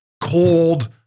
cold